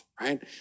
right